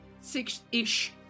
six-ish